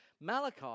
Malachi